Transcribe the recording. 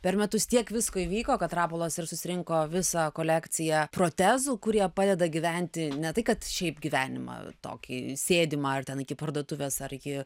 per metus tiek visko įvyko kad rapolas ir susirinko visą kolekciją protezų kurie padeda gyventi ne tai kad šiaip gyvenimą tokį sėdimą ar ten iki parduotuves ar iki